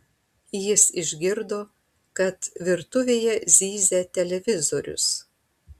jis išgirdo kad virtuvėje zyzia televizorius